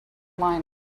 line